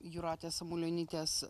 jūratės samulionytės